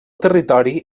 territori